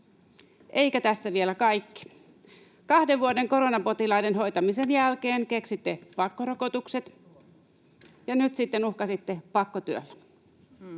Eikä tässä vielä kaikki. Kahden vuoden koronapotilaiden hoitamisen jälkeen keksitte pakkorokotukset, ja nyt sitten uhkasitte pakkotyöllä.